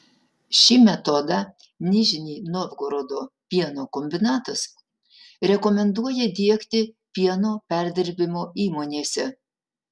šį metodą nižnij novgorodo pieno kombinatas rekomenduoja diegti pieno perdirbimo įmonėse